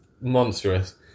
monstrous